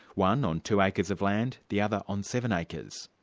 one on two acres of land, the other on seven acres.